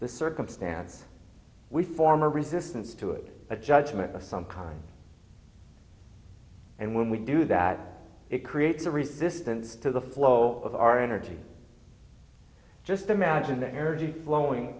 the circumstance we form a resistance to it a judgment of some kind and when we do that it creates a resistance to the flow of our energy just imagine the air g flowing